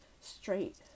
straight